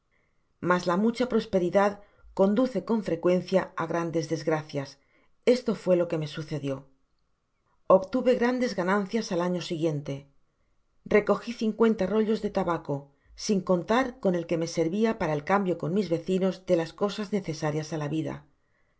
mas la mucha prosperidad conduce con frecuencia á grandes desgracias esto fue lo que me sucedio obtuve grandes ganancias al año siguiente recogi cincuenta rollos de tabaco sin contar con el que me servia para el cambio con mis vecinos de las cosas necesarias á la vida a